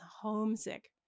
homesick